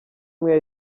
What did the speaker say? umwe